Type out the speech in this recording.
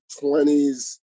twenties